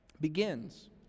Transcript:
begins